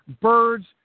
birds